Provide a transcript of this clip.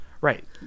Right